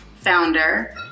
founder